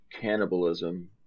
cannibalism